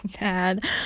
bad